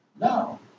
No